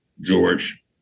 George